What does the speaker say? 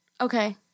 okay